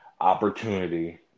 opportunity